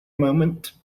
moment